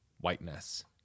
whiteness